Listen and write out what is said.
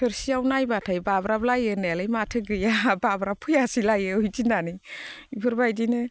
थोरसियाव नायबाथाय बाब्राबलायो होननायालाय माथो गैया बाब्राबफैयासैलायो बिदि होननानै बेफोरबायदिनो